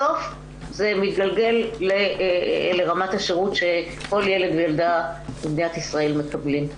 בסוף זה מתגלגל לרמת השירות שכל ילד וילדה במדינת ישראל מקבלים.